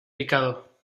picado